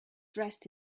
dressed